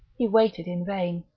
he waited in vain.